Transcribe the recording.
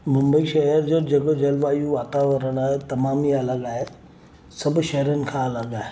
मुंबई शहर जो जेको जलवायु वातावरणु आहे तमामु ई अलॻि आहे सभु शहरनि खां अलॻि आहे